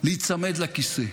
להיצמד לכיסא?